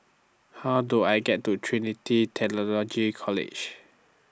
How Do I get to Trinity Theological College